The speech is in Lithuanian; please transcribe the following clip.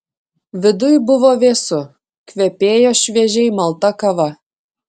viduj buvo vėsu kvepėjo šviežiai malta kava